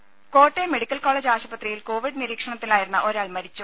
രേര Kottayam medical college ആശുപത്രിയിൽ Covid നിരീക്ഷണത്തിലായിരുന്ന ഒരാൾ മരിച്ചു